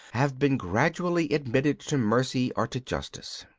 have been gradually admitted to mercy or to justice.